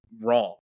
wrong